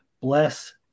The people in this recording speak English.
Bless